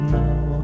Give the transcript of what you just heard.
now